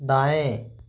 दाएं